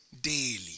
daily